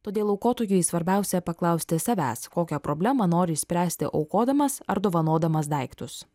todėl aukotojui svarbiausia paklausti savęs kokią problemą nori išspręsti aukodamas ar dovanodamas daiktus